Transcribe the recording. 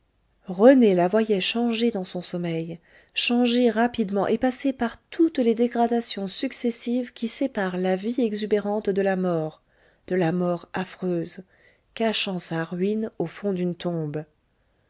rené la voyait changer dans son sommeil changer rapidement et passer par toutes les dégradations successives qui séparent la vie exubérante de la mort de la mort affreuse cachant sa ruine au fond d'une tombe